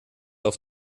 auf